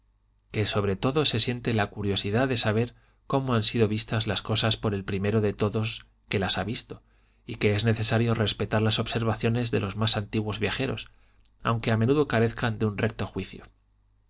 que sobre todo se siente la curiosidad de saber cómo han sido vistas las cosas por el primero de todos que las ha visto y que es necesario respetar las observaciones de los más antiguos viajeros aunque a menudo carezcan de un recto juicio